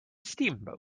steamboat